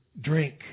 drink